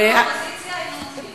גם אם היית באופוזיציה היינו נותנים לך.